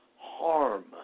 harm